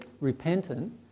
repentant